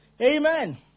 Amen